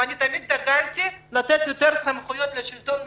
אני תמיד דגלתי בכך שיש לתת יותר סמכויות לשלטון המקומי.